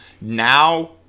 Now